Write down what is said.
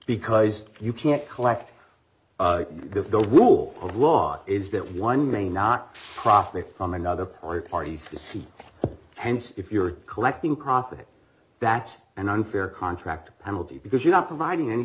because you can't collect if the wool of law is that one may not profit from another or parties to see and if you're collecting profit that's an unfair contract penalty because you're not providing any